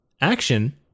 action